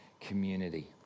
community